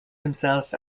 himself